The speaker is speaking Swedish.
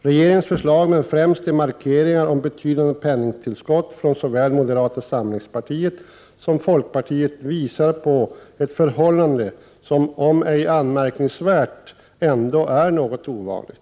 Regeringens förslag, men främst markeringar om betydande penningtillskott från såväl moderata samlingspartiet som folkpartiet, visar på ett förhållande som om ej anmärkningsvärt ändå är något ovanligt.